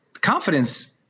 confidence